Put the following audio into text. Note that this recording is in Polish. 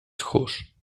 tchórz